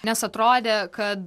nes atrodė kad